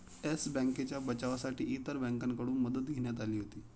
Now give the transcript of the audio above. yes बँकेच्या बचावासाठी इतर बँकांकडून मदत घेण्यात आली होती